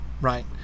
right